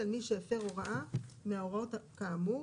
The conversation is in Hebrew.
על מי שהפר הוראה מן ההוראות כאמור.